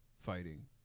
fighting